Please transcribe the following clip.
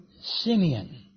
Simeon